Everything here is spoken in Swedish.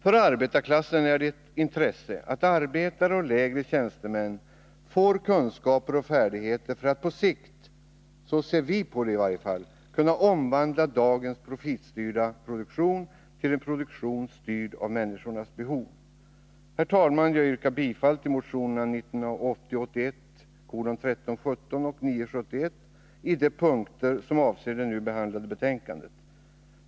För arbetarklassen är det ett intresse att arbetare och lägre tjänstemän får kunskaper och färdigheter för att på sikt — så ser vi på det i varje fall — kunna omvandla dagens profitstyrda produktion till en produktion styrd av människornas behov. Herr talman! Jag yrkar bifall till motionerna 1980/81:1317 och 971 i de punkter som avser det nu behandlade betänkandet.